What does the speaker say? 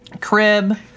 crib